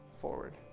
forward